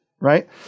right